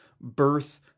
birth